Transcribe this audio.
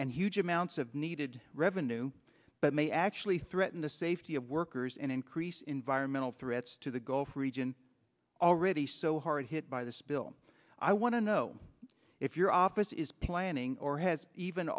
and huge amounts of needed revenue but may actually threaten the safety of workers and increase environmental threats to the gulf region already so hard hit by the spill i want to know if your office is planning or has even